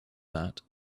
that